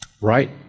Right